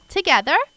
Together